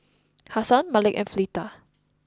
Hassan Malik and Fleta